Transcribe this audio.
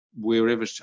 wherever